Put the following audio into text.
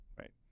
right